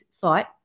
thought